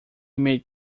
made